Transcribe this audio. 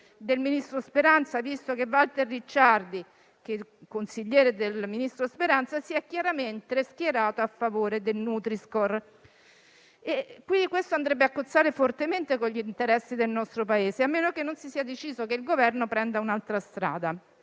del ministro Speranza, visto che Walter Ricciardi, consigliere del ministro Speranza, si è chiaramente schierato a favore del nutri-score. Questo andrebbe a cozzare fortemente con gli interessi del nostro Paese, a meno che non si sia deciso che il Governo prenda un'altra strada.